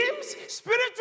spiritual